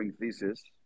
thesis